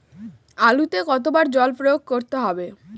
আলুতে কতো বার জল প্রয়োগ করতে হবে?